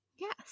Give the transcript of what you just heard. yes